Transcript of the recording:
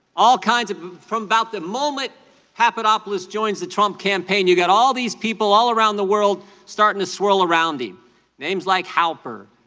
all kinds of from about the moment papadopoulos joins the trump campaign, you got all these people all around the world starting to swirl around him names like halper,